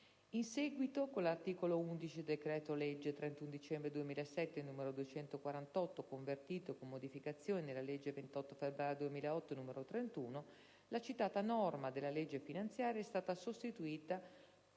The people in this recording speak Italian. In seguito, con l'articolo 11 del decreto-legge 31 dicembre 2007, n. 248, convertito, con modificazioni, nella legge 28 febbraio 2008, n. 31 la citata norma della legge finanziaria è stata sostituita